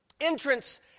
Entrance